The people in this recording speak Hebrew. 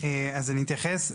אז אני אתייחס.